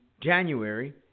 January